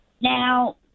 Now